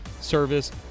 service